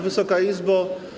Wysoka Izbo!